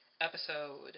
episode